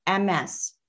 MS